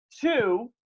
Two